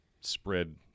spread